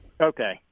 Okay